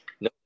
no